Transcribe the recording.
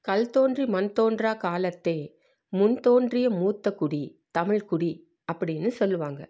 கல் தோன்றி மண் தோன்றா காலத்தே முன் தோன்றிய மூத்த குடி தமிழ்குடி அப்படின்னு சொல்வாங்க